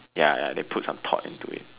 ya ya they put some thought into it